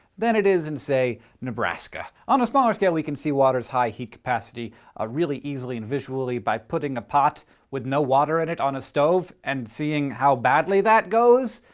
than it is in, and say, nebraska. on a smaller scale we can see water's high heat capacity ah really easily and visually by putting a pot with no water in it on a stove and seeing how badly that goes.